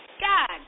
God